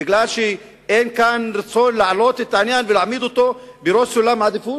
כי אין כאן רצון להעלות את העניין ולהעמיד אותו בראש סולם העדיפות?